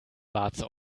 warze